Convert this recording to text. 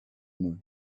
noise